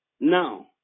now